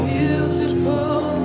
beautiful